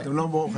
אתם לא בוחנים,